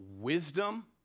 wisdom